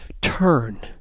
turn